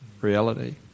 reality